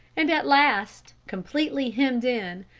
and at last, completely hemmed in,